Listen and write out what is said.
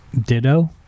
Ditto